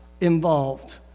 involved